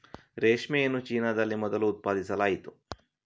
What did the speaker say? ರೇಷ್ಮೆಯನ್ನು ಚೀನಾದಲ್ಲಿ ಮೊದಲು ಉತ್ಪಾದಿಸಲಾಯಿತು